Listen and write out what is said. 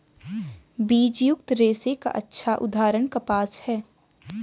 बीजयुक्त रेशे का अच्छा उदाहरण कपास है